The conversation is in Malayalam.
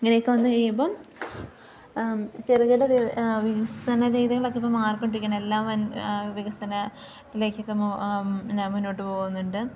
ഇങ്ങനെയൊക്കെ വന്നു കഴിയുമ്പം ചെറുകിട വ വികസന രീതികളൊക്കെ ഇപ്പം മാറിക്കൊണ്ടിരിക്കുകയാണ് എല്ലാം വൻ വികസന ത്തിലേക്കൊക്കെ മൊ അങ്ങനെ മുന്നോട്ട് പോകുന്നുണ്ട്